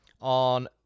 on